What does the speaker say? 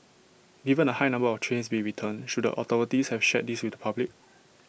given the high number of trains being returned should the authorities have shared this with the public